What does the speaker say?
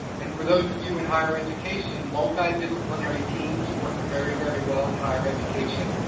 and for those of you in higher education, multidisciplinary teams work very, very well in higher education,